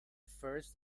first